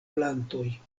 plantoj